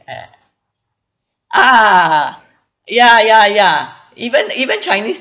at ah ya ya ya even even chinese